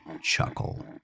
chuckle